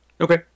Okay